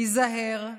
היזהר,